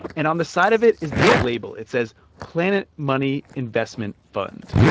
and on the side of it is this label. it says planet money investment fund.